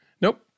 Nope